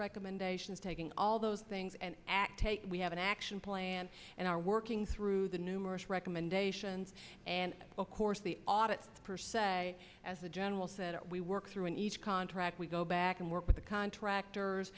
recommendations taking all those things and we have an action plan and are working through the numerous recommendations and of course the audit as the general said we work through in each contract we go back and work with the contractors